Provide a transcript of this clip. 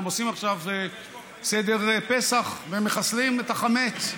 אתם עושים עכשיו סדר פסח ומחסלים את החמץ.